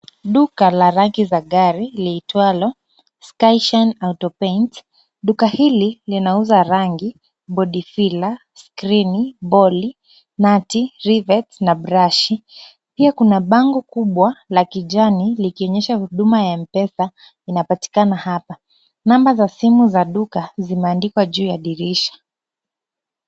Duka la rangi za gari liitwalo Skyshine Auto paints. Duka hili linauza rangi, body filler , skrini, boli, nati, rivet na brashi. Pia kuna bango kubwa la kijani likionyesha huduma ya mpesa inapatikana hapa. Namba za simu za duka zimeandikwa juu ya dirisha.